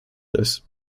ist